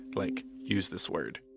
like, use this word